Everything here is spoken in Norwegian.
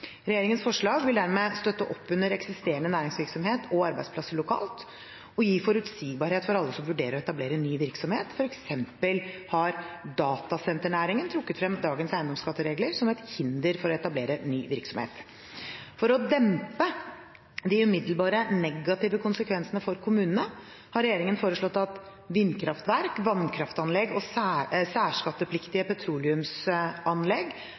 Regjeringens forslag vil dermed støtte opp under eksisterende næringsvirksomhet og arbeidsplasser lokalt og gi forutsigbarhet for alle som vurderer å etablere ny virksomhet. For eksempel har datasenternæringen trukket frem dagens eiendomsskatteregler som et hinder for å etablere ny virksomhet. For å dempe de umiddelbare negative konsekvensene for kommunene har regjeringen foreslått at vindkraftverk, vannkraftanlegg og